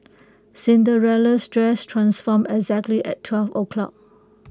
Cinderella's dress transformed exactly at twelve o'clock